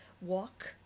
walk